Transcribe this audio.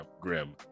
Grim